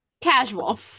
Casual